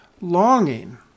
longing